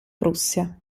prussia